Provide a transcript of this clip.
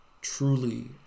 truly